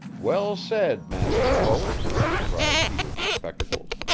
well said, master poet cried he of the spectacles.